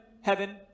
heaven